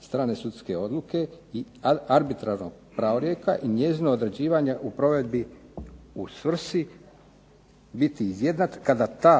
strane sudske odluke i arbitražnog pravorijeka i njezine određivanje u provedbi u svrsi biti izjednačeno, kada ta